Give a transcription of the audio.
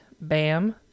BAM